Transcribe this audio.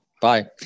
Bye